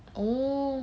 oh